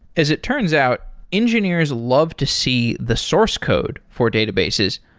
as it turns out, engineers love to see the source code for databases,